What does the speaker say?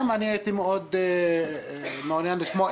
גם אני הייתי מאוד מעוניין לשמוע,